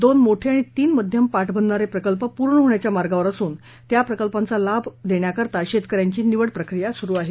दोन मोठे आणि तीन मध्यम पाटबंधारे प्रकल्प पूर्ण होण्याच्या मार्गावर असून त्या प्रकल्पांचा लाभ देण्याकरिता शेतकऱ्यांची निवडप्रक्रिया सुरू आहे